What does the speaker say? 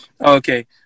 Okay